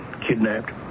kidnapped